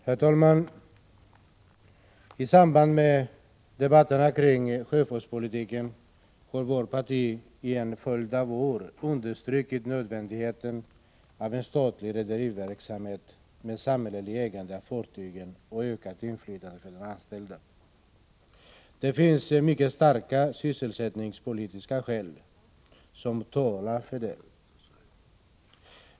Herr talman! I samband med debatterna kring sjöfartspolitiken har vårt parti under en följd av år understrukit nödvändigheten av en statlig rederiverksamhet med ett samhälleligt ägande av fartyg och ett ökat inflytande för de anställda. Det finns mycket starka sysselsättningspolitiska skäl som talar för det.